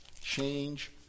Change